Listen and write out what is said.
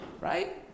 right